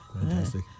Fantastic